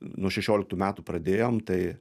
nuo šešioliktų metų pradėjom tai